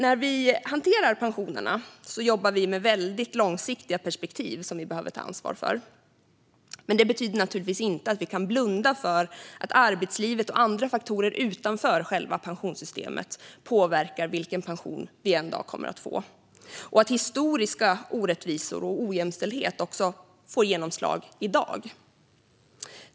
När vi hanterar pensionerna jobbar vi med väldigt långsiktiga perspektiv som vi behöver ta ansvar för, men det betyder naturligtvis inte att vi kan blunda för att arbetslivet och andra faktorer utanför själva pensionssystemet påverkar den pension vi en dag kommer att få och att historiska orättvisor och ojämställdhet får genomslag i dag.